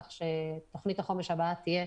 כך שתוכנית החומש הבאה תהיה